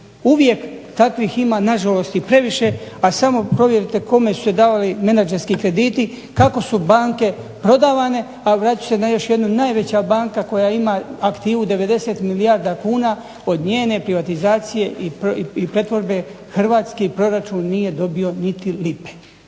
uvijek takvih ima na žalost i previše, a samo previše kome su se davali menadžerski krediti, kako su banke prodavane. A vratit ću se na još jednu, najveća banka koja ima aktivu 90 milijarda kuna, od njene privatizacije i pretvorbe hrvatski proračun nije dobio niti lipe.